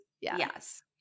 Yes